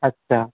আচ্ছা